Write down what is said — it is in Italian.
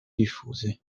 diffuse